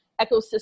ecosystem